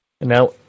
Now